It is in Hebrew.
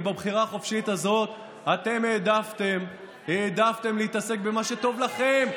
ובבחירה חופשית הזאת אתם העדפתם להתעסק במה שטוב לכם,